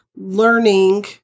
learning